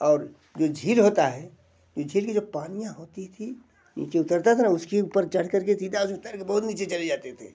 और जो झील होती है ये झील की जो पानियां होती थी नीचे उतरता था ना उसके ऊपर चढ़ कर के सीधा उसमें तैर के बहुत नीचे चले जाते थे